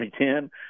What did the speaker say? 2010